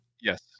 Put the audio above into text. Yes